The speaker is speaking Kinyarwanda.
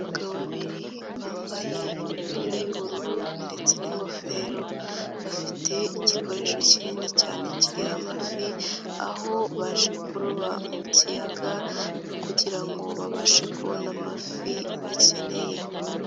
Abagabo babiri bambaye imipira y'ubururu ndetse n'ingofero bafite igikoresho kinini cyane kiri amafi aho baje kuroba mu kiyaga kugira ngo babashe kubona amafi bakeneye.